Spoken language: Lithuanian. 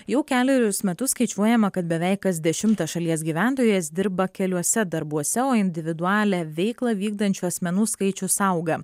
jau kelerius metus skaičiuojama kad beveik kas dešimtas šalies gyventojas dirba keliuose darbuose o individualią veiklą vykdančių asmenų skaičius auga